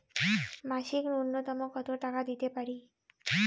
মাসিক নূন্যতম কত টাকা দিতে পারি?